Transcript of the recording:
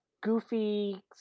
goofy